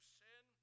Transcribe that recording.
sin